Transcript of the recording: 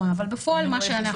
אז אני